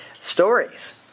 stories